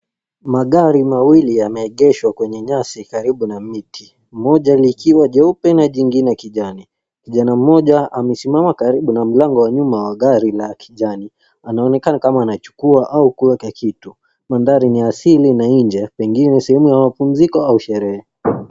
Magari mawili yameegeshwa kwenye nyasi karibu na miti. Moja ilikiwa jeupe na jingine kijani. Vijana mmoja amesimama karibu na mlango wa nyuma wa gari la kijani. Anaonekana kama anachukua au kuweka kitu. Mandhari ni asili na nje, pengine sehemu ya mapumziko au sherehe.